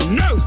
no